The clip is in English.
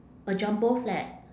a jumbo flat